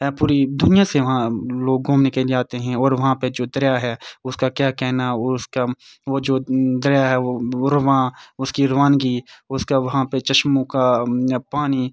پوری دنیا سے وہاں لوگ گھومنے کے لیے آتے ہیں اور وہاں پہ جو دریا ہے اس کا کیا کہنا اور اس کا وہ جو دریا ہے وہ رواں اس کی روانگی اس کا وہاں پہ چشموں کا پانی